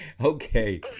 Okay